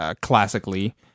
classically